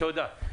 תודה.